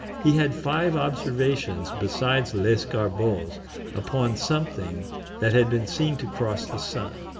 he had five observations besides lescarbault's upon something that had been seen to cross the sun.